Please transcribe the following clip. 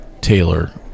taylor